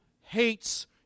hates